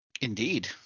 Indeed